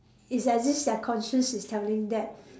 it's as if their conscious is telling them